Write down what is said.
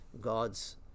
God's